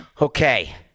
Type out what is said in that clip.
Okay